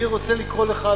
אני רוצה לקרוא לך,